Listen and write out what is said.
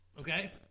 okay